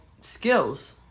skills